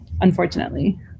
unfortunately